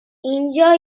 اینجا